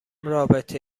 رابطه